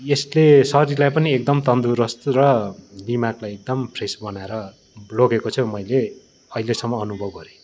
येसले शरीरलाई पनि एकदम तन्दुरस्त र दिमागलाई एकदम फ्रेस बनाएर लोगेको चाहिँ मैले अहिलेसम्म अनुभव गरेँ